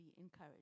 encouraged